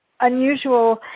unusual